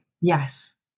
yes